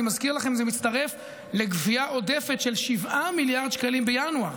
אני מזכיר לכם שזה מצטרף לגבייה עודפת של 7 מיליארד שקלים בינואר.